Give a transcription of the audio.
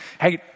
hey